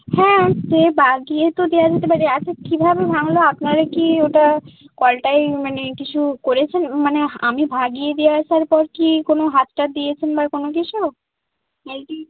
হ্যাঁ সে লাগিয়ে তো দেওয়া যেতে পারে আচ্ছা কীভাবে ভাঙলো আপনারা কি ওটা কলটায় মানে কিছু করেছেন মানে আমি লাগিয়ে দিয়ে আসার পর কি কোনো হাত টাত দিয়েছেন বা কোনো কিছু না কি